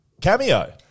Cameo